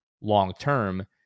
long-term